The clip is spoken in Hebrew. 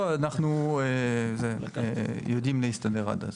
לא, אנחנו יודעים להסתדר עד אז.